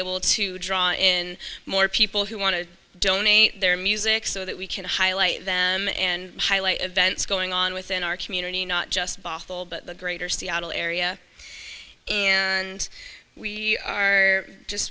able to draw in more people who want to donate their music so that we can highlight them and highlight events going on within our community not just bottle but the greater seattle area and we are just